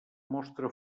mostra